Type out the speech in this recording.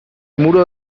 muro